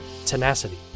tenacity